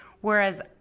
Whereas